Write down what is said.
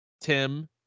Tim